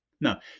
now